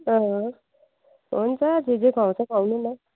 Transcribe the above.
अँ हुन्छ जे जे खुवाउँछ खुवाउनु न